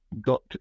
got